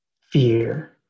fear